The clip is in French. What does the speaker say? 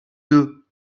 deux